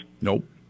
Nope